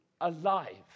alive